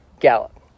gallop